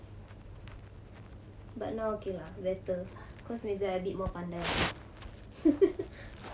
but now okay lah better cause maybe I a bit more pandai now